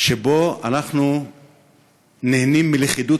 ועבדך הנאמן,